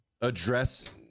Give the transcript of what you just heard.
address